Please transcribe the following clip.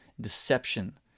deception